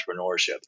entrepreneurship